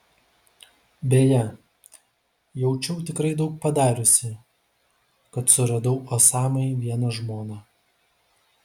beje jaučiau tikrai daug padariusi kad suradau osamai vieną žmoną